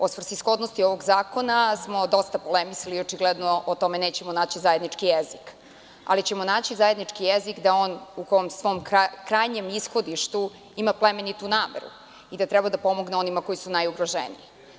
O svrsishodnosti ovog zakona smo dosta polemisali i očigledno o tome nećemo naći zajednički jezik, ali ćemo naći zajednički jezik da on u svom krajnjem ishodištu ima plemenitu nameru i da treba da pomogne onima koji su najugroženiji.